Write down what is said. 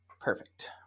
Perfect